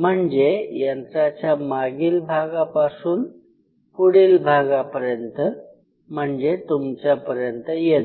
म्हणजे यंत्राच्या मागील भागापासून पुढील भागापर्यंत म्हणजे तुमच्या पर्यंत येतो